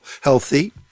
healthy